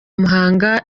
muhanga